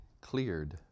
cleared